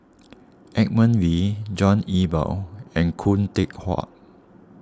Edmund Wee John Eber and Khoo Teck Puat